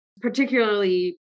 particularly